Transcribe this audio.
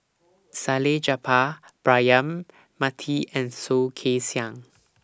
Salleh Japar Braema Mathi and Soh Kay Siang